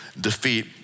defeat